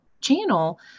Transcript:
channel